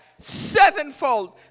sevenfold